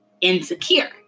insecure